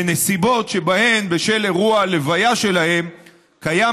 בנסיבות שבהן בשל אירוע הלוויה שלהם קיים